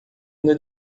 anda